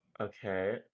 Okay